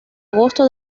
agosto